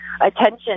attention